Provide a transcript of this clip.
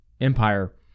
empire